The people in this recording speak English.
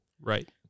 Right